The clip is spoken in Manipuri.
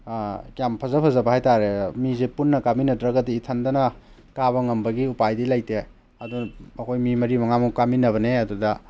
ꯌꯥꯝ ꯐꯖ ꯐꯖꯕ ꯍꯥꯏꯇꯥꯔꯦ ꯃꯤꯁꯦ ꯄꯨꯟꯅ ꯀꯥꯃꯤꯟꯅꯗ꯭ꯔꯒꯗꯤ ꯏꯊꯟꯇꯅ ꯀꯥꯕ ꯉꯝꯕꯒꯤ ꯎꯄꯥꯏꯗꯤ ꯂꯩꯇꯦ ꯑꯗꯨꯅ ꯑꯩꯈꯣꯏ ꯃꯤ ꯃꯔꯤ ꯃꯉꯥꯃꯨꯛ ꯀꯥꯃꯤꯟꯅꯕꯅꯦ ꯑꯗꯨꯗ